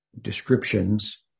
descriptions